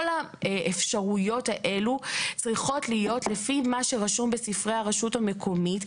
כל האפשרויות האלה צריכות להיות לפי מה שרשום בספרי הרשות המקומית.